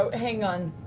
ah hang on.